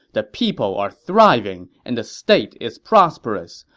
the people are thriving and the state is prosperous.